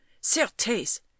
certes